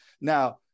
now